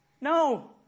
no